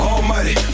Almighty